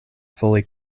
fully